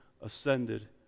ascended